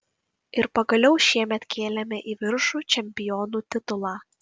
ir pagaliau šiemet kėlėme į viršų čempionų titulą